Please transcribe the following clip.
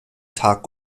tag